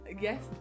yes